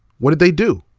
what did they do.